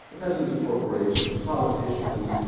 presidents of corporations, politicians.